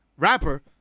rapper